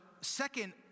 second